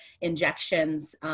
injections